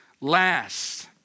last